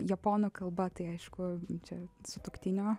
japonų kalba tai aišku čia sutuoktinio